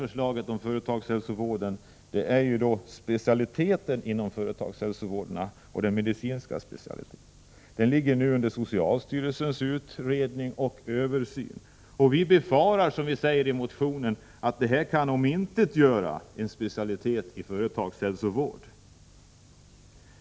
Frågan om företagshälsovård som medicinsk specialitet är föremål för översyn hos socialstyrelsen. Vi befarar, som vi säger i vår motion, att det kan omintetgöra att företagshälsovården blir en egen specialitet.